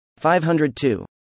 502